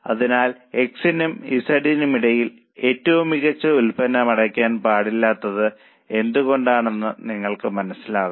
അതിനാൽ X നും Z നും ഇടയിൽ അടയ്ക്കാൻ പാടില്ലാത്ത ഏറ്റവും മികച്ച ഉൽപ്പന്നം Y ആണെന്ന് നിങ്ങൾ മനസ്സിലാക്കും